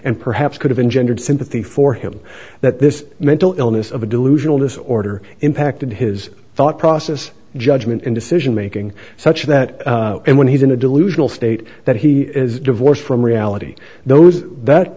and perhaps could have engendered sympathy for him that this mental illness of a delusional disorder impacted his thought process judgment and decision making such that when he's in a delusional state that he is divorced from reality those that